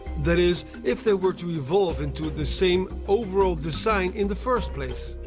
that is, if they were to evolve into the same overall design in the first place.